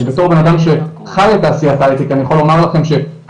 אני בתור בן אדם שחי את תעשיית ההייטק אני יכול לומר לכם שכרגע